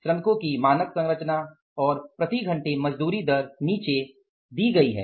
श्रमिकों की मानक संरचना और प्रति घंटे मजदूरी दर नीचे दी गई है